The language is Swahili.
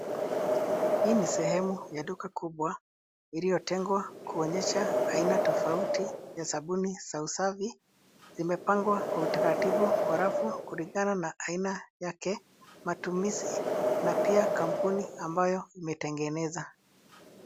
Hii ni sehemu ya duka kubwa iliyotengwa kuonyesha aina tofauti ya sabuni za usafi. Imepangwa kwa utaratibu kwa rafu kulingana na aina yake, matumizi na pia kampuni ambayo imetengeneza.